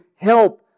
help